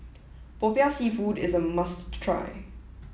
Popiah seafood is a must try